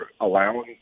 allowing